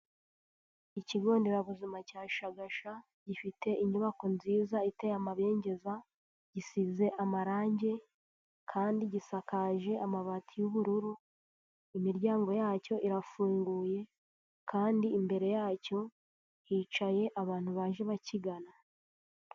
Ikigo nderabuzima cya shagasha gifite inyubako nziza iteye amabengeza gisize amarangi kandi gisakaje amabati y'ubururu imiryango yacyo irafunguye kandi imbere yacyo hicaye abantu baje bakigana.